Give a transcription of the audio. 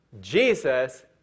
Jesus